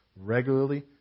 regularly